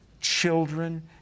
children